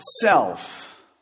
self